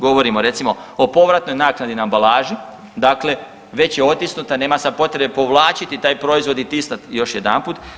Govorimo o recimo, o povratnoj naknadi na ambalaži, dakle, već je otisnuta, nema sad potrebe povlačiti taj proizvod i tiskati još jedanput.